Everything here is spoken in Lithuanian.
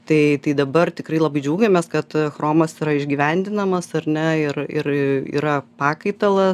tai dabar tikrai labai džiaugiamės kad chromas yra išgyvendinamas ar ne ir yra pakaitalas